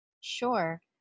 Sure